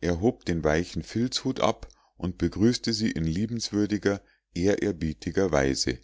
er hob den weichen filzhut ab und begrüßte sie in liebenswürdiger ehrerbietiger weise